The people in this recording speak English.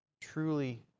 truly